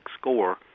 score